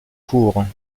courts